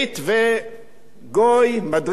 ומדריך גוי לוקח אותם,